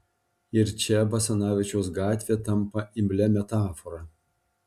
ir čia basanavičiaus gatvė tampa imlia metafora